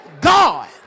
God